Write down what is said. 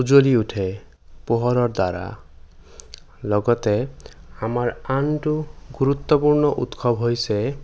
উজ্বলি উঠে পোহৰৰ দ্বাৰা লগতে আমাৰ আনটো গুৰুত্বপূৰ্ণ উৎসৱ হৈছে